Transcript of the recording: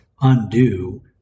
undo